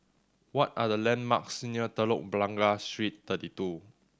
what are the landmarks near Telok Blangah Street Thirty Two